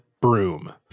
broom